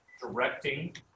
directing